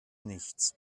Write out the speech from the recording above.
nichts